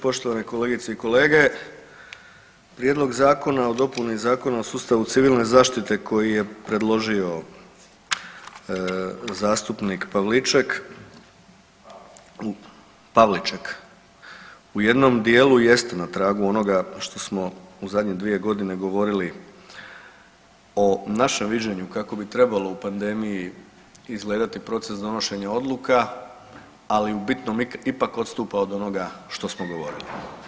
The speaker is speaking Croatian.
Poštovani kolegice i kolege, Prijedlog zakona o dopuni Zakona o sustavu civilne zaštite koji je predložio zastupnik Pavliček, Pavliček, u jednom dijelu jest na tragu onoga što smo u zadnje dvije godine govorili o našem viđenju kako bi trebalo u pandemiji izgledati proces donošenja odluka, ali u bitnom ipak odstupa od onoga što smo govorili.